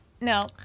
no